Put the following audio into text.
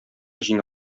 җиңә